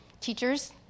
teachers